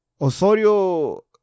Osorio